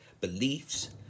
beliefs